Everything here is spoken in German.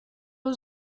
nur